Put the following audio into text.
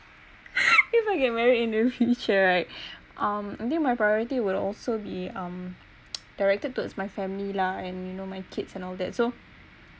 if I get married in the future right um I think my priority will also be um directed towards my family lah and you know my kids and all that so